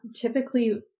typically